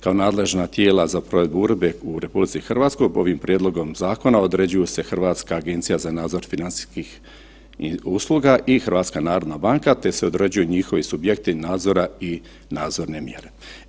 Kao nadležna tijela za provedbu uredbe u RH ovim prijedlogom zakona određuju se Hrvatska agencija za nadzor financijskih usluga i HNB te se određuju njihovi subjekti nadzora i nadzorne mjere.